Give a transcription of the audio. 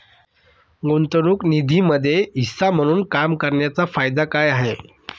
गुंतवणूक निधीमध्ये हिस्सा म्हणून काम करण्याच्या फायदा काय आहे?